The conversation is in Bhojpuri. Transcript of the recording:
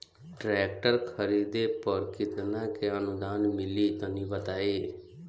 ट्रैक्टर खरीदे पर कितना के अनुदान मिली तनि बताई?